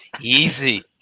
Easy